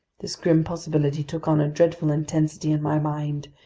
this grim possibility took on a dreadful intensity in my mind,